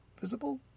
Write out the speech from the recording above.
visible